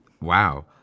wow